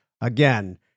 again